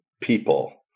people